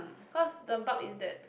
cause the bug it that